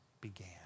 began